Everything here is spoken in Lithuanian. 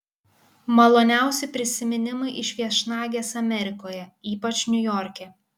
maloniausi prisiminimai iš viešnagės amerikoje ypač niujorke